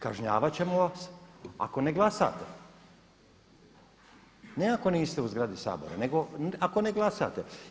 Kažnjavati ćemo vas ako ne glasate ne ako niste u zgradi Sabora, nego ako ne glasate.